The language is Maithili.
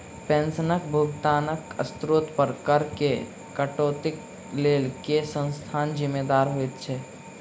पेंशनक भुगतानक स्त्रोत पर करऽ केँ कटौतीक लेल केँ संस्था जिम्मेदार होइत छैक?